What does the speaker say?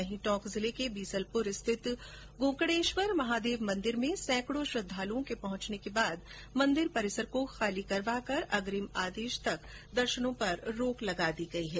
वहीं टोंक जिले के बीसलपुर स्थित गोकणेश्वर महादेव मंदिर में सैंकड़ों श्रद्धालुओं के पहुंचने के बाद मंदिर परिसर को खाली करवाकर अग्रिम आदेश तक दर्शनों पर रोक लगा दी गई है